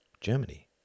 Germany